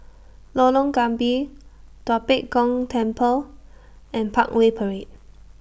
Lorong Gambir Tua Pek Kong Temple and Parkway Parade